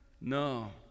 No